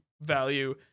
value